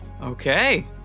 Okay